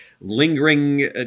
lingering